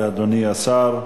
תודה לאדוני השר.